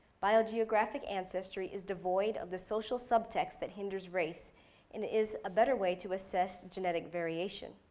biogeographic ancestry is devoid of the social subtext that hinders race and is a better way to assess genetic variation.